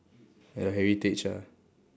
your heritage ah